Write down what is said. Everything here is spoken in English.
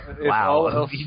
Wow